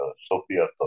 Sophia